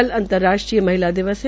कल अंतर्राष्ट्रीय महिला दिवस है